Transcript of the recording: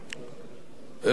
לא נטול סיכונים,